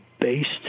based